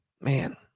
Man